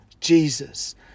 Jesus